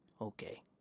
Okay